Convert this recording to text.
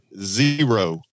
zero